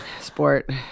sport